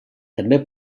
també